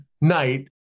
night